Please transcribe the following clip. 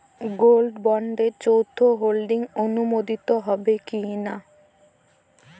Gold বন্ডে যৌথ holding অনুমোদিত হবে কিনা?